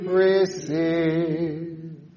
receive